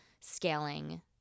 scaling